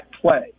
play